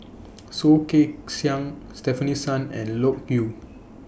Soh Kay Siang Stefanie Sun and Loke Yew